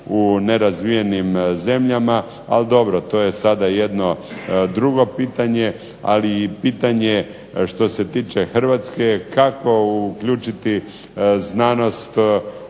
u nerazvijenim zemljama, ali dobro to je sada jedno drugo pitanje, ali i pitanje što se tiče Hrvatske kako uključiti znanost